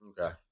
Okay